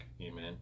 amen